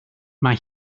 mae